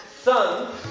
sons